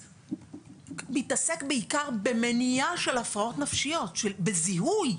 אנחנו באמת באיזשהו מסע גדול,